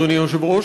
אדוני היושב-ראש,